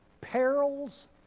perils